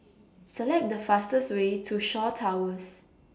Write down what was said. Select The fastest Way to Shaw Towers